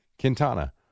Quintana